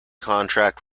contract